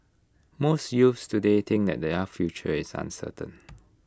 most youths today think that their future is uncertain